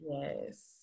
Yes